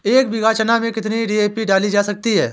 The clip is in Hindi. एक बीघा चना में कितनी डी.ए.पी डाली जा सकती है?